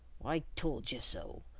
i told ye so,